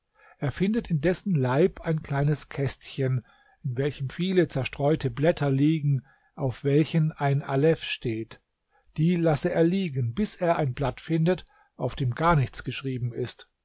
er findet in dessen leib ein kleines kästchen in welchem viele zerstreute blätter liegen auf welchen ein alef steht die lasse er liegen bis er ein blatt findet auf dem gar nichts geschrieben ist